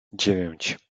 dziewięć